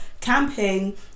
camping